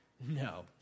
no